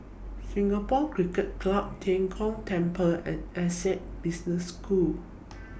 Singapore Cricket Club Tian Kong Temple and Essec Business School